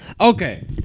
Okay